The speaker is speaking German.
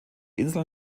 inseln